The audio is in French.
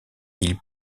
ils